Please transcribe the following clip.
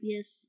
Yes